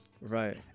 Right